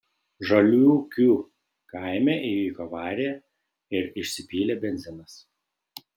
žaliūkių kaime įvyko avarija ir išsipylė benzinas